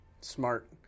Smart